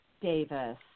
Davis